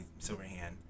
Silverhand